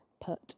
put